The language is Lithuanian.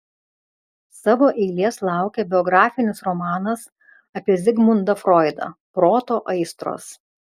savo eilės laukia biografinis romanas apie zigmundą froidą proto aistros